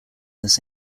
this